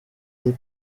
des